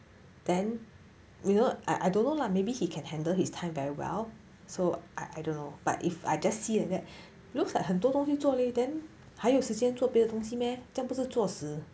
then you know I I don't know lah maybe he can handle his time very well so I I don't know but if I just see like that looks like 很多东西做 leh then 还有时间做别的东西 meh 这不是做死